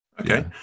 Okay